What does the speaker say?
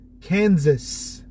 Kansas